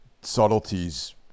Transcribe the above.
subtleties